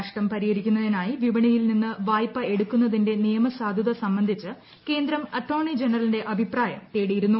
നഷ്ടം പരിഹരിക്കുന്നതിനായി പ്പിപ്പണിയിൽ നിന്ന് വായ്പ എടുക്കുന്നതിന്റെ നിയമ്സാധുത സംബന്ധിച്ച് കേന്ദ്രം അറ്റോർണി ജനറലിന്റെ അഭിപ്രായം തേടിയിരുന്നു